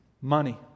Money